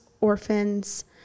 orphans